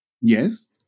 Yes